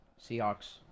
Seahawks